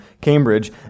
Cambridge